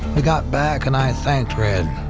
we got back, and i thanked red.